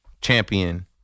champion